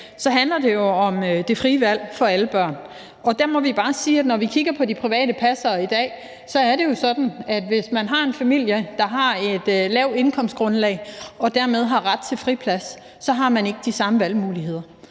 handler det om det frie valg for alle børn. Der må vi bare sige, at når vi kigger på de private pasningstilbud i dag, er det jo sådan, at hvis man er en familie, der har et lavt indkomstgrundlag og dermed har ret til friplads, har man ikke de samme valgmuligheder.